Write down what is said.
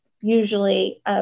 usually